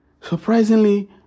surprisingly